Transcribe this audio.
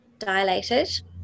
dilated